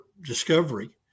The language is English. discovery